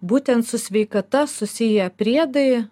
būtent su sveikata susiję priedai